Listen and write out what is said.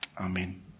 Amen